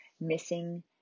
missing